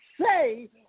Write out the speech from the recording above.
say